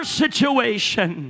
situation